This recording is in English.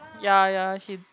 ya ya she